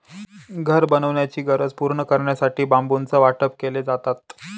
घर बनवण्याची गरज पूर्ण करण्यासाठी बांबूचं वाटप केले जातात